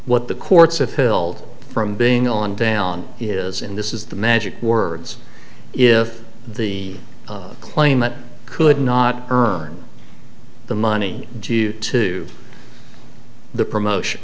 what the courts if eld from being on down is in this is the magic words if the claim that i could not earn the money due to the promotion